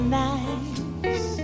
nice